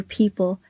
people